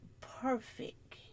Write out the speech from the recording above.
perfect